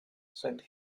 said